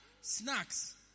snacks